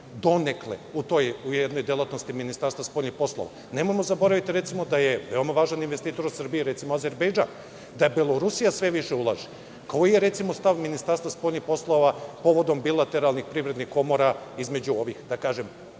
u toj delatnosti Ministarstva spoljnih poslova. Nemojmo zaboraviti, recimo, da je veoma važan investitor u Srbiji, recimo, Azerbejdžan, da Belorusija sve više ulaže. Koji je, recimo, stav Ministarstva spoljnih poslova povodom bilateralnih privrednih komora između ovih, da kažem,